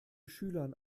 schülern